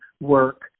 work